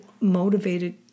motivated